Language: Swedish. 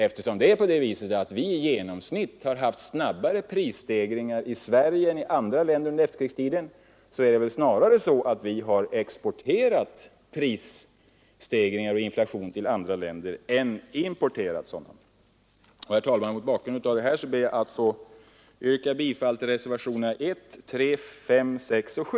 Eftersom vi haft i genomsnitt snabbare prisstegringar i Sverige än man haft i andra länder under efterkrigstiden har vi väl snarare exporterat prisstegringar och inflation till andra länder än importerat sådana. Herr talman! Mot bakgrund av det anförda ber jag att få yrka bifall till reservationerna 1, 3, 5, 6 och 7.